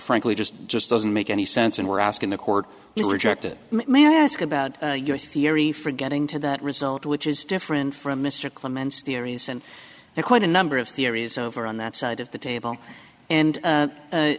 frankly just just doesn't make any sense and we're asking the court you rejected my ask about your theory for getting to that result which is different from mr clements theories and they're quite a number of theories over on that side of the table and